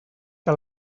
que